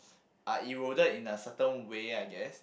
are eroded in a certain way I guess